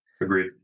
Agreed